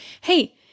hey